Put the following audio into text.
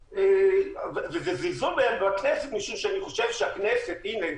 זה זלזול בכנסת משום שאני חושב הנה,